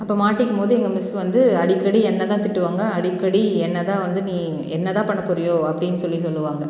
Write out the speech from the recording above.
அப்போ மாட்டிக்கும்போது எங்கள் மிஸ் வந்து அடிக்கடி என்னைதான் திட்டுவாங்க அடிக்கடி என்னைதான் வந்து நீ என்னதான் பண்ணப்போகிறியோ அப்படின்னு சொல்லி சொல்லுவாங்க